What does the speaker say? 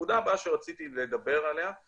נקודה נוספת שרציתי לדבר עליה היא